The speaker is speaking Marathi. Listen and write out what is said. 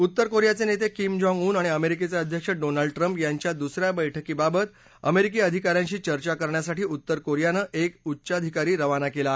उत्तर कोरियाचे नेते किम जाँग उन आणि अमेरिकेचे अध्यक्ष डोनाल्ड ट्रंप यांच्या दुसऱ्या बैठकीबाबत अमेरिकी अधिकाऱ्यांशी चर्चा करण्यासाठी उत्तर कोरियानं एक उच्च आधिकारी रवाना केला आहे